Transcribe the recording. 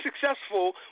successful